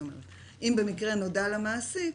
אם במקרה נודע למעסיק,